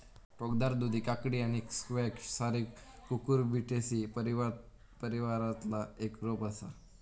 टोकदार दुधी काकडी आणि स्क्वॅश सारी कुकुरबिटेसी परिवारातला एक रोप असा